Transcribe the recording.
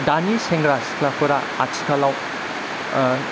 दानि सेंग्रा सिख्लाफोरा आथिखालाव